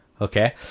Okay